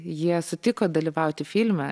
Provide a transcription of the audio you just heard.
jie sutiko dalyvauti filme